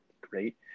great